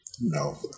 No